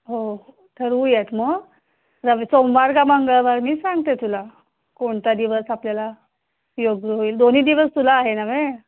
हो ठरवूयात मग जाऊ सोमवार का मंगळवार मी सांगते तुला कोणता दिवस आपल्याला योग्य होईल दोन्ही दिवस तुला आहे नव्हे